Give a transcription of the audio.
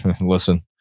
listen